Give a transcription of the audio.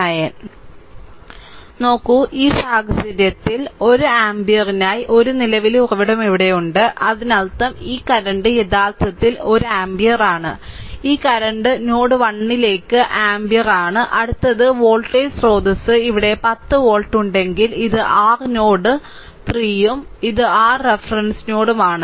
നോക്കൂ ഈ സാഹചര്യത്തിൽ 1 ആമ്പിയറിനായി ഒരു നിലവിലെ ഉറവിടം ഇവിടെയുണ്ട് അതിനർത്ഥം ഈ കറന്റ് യഥാർത്ഥത്തിൽ 1 ആമ്പിയർ ആണ് ഈ കറന്റ് നോഡിലേക്ക് 1 ആമ്പിയർ ആണ് അടുത്തത് വോൾട്ടേജ് സ്രോതസ്സ് ഇവിടെ 10 വോൾട്ട് ഉണ്ടെങ്കിൽ ഇത് r നോഡ് 3 ഉം ഇത് r റഫറൻസ് നോഡും ആണ്